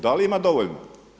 Da li ima dovoljno?